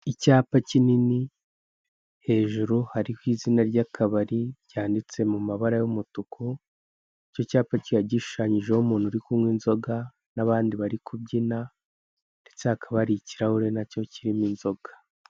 Icyapa kinini hejuru hariho izina ry'akabari cyanditse mu mabara y'umutuku, icyo cyapa kiba gishushanyijeho umuntu uri kunywa inzoga n'abandi bari kubyina ndetse hakaba hari ikirahure na cyo kirimo inzoga.